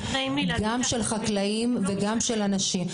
גם של חקלאים וגם של אנשים.